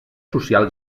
social